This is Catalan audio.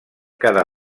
cada